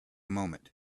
moment